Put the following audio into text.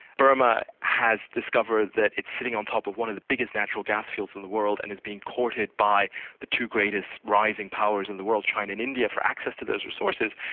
burma has discovered that it's sitting on top of one of the biggest natural gas fields in the world and is being courted by the two greatest rising powers in the world, china and india, for access to those resources,